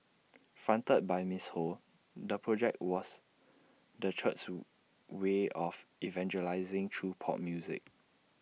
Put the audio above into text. fronted by miss ho the project was the church's way of evangelising through pop music